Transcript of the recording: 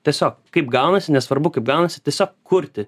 tiesiog kaip gaunasi nesvarbu kaip gaunasi tiesiog kurti